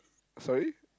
sorry